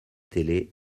télé